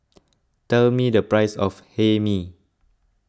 tell me the price of Hae Mee